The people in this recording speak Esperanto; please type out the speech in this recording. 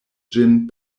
ĝin